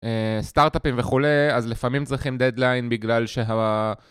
סטארטאפים וכו', אז לפעמים צריכים דדליין בגלל שה...